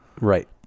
right